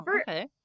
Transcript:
okay